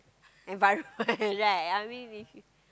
environment right I mean if you